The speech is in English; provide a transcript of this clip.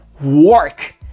work